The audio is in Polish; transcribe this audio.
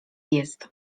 jest